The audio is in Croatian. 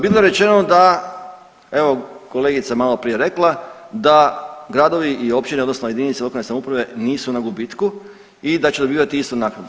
Bilo je rečeno da evo kolegica je maloprije rekla da gradovi i općine odnosno jedinice lokalne samouprave nisu na gubitku i da će dobivati istu naknadu.